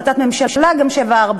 גם החלטת ממשלה 746,